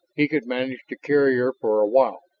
he could manage to carry her for a while.